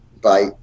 Bye